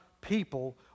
people